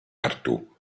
artù